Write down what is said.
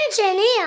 Engineer